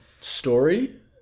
story